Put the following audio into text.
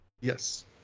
Yes